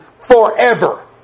forever